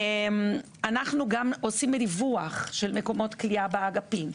אנחנו גם עושים ריווח של מקומות כליאה באגפים,